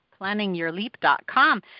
PlanningYourLeap.com